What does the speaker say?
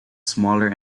smaller